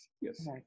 Yes